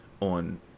on